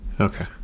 Okay